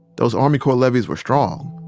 those army corps levees were strong.